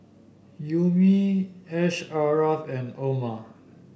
Ummi Asharaff and Omar